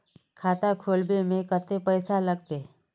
खाता खोलबे में कते पैसा लगते?